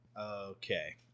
Okay